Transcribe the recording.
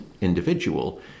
individual